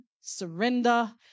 surrender